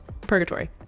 purgatory